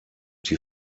die